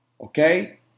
okay